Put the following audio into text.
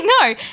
No